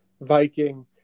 Viking